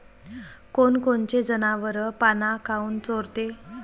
कोनकोनचे जनावरं पाना काऊन चोरते?